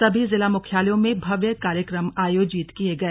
सभी जिला मुख्यालयों में भव्य कार्यक्रम आयोजित किये गए